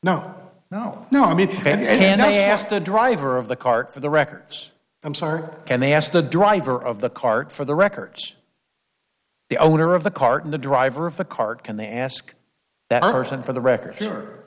no no no i mean and i asked the driver of the car for the records i'm sorry and they ask the driver of the cart for the records the owner of the cart and the driver of a card and they ask that person for the record